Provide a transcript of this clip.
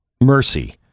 mercy